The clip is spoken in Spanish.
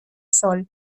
sol